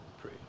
pray